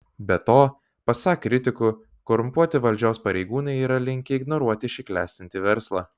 be to pasak kritikų korumpuoti valdžios pareigūnai yra linkę ignoruoti šį klestintį verslą